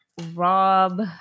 Rob